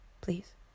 Please